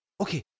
Okay